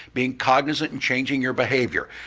being cognizant in changing your behavior.